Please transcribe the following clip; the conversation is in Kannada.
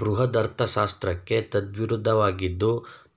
ಬೃಹದರ್ಥಶಾಸ್ತ್ರಕ್ಕೆ ತದ್ವಿರುದ್ಧವಾಗಿದ್ದು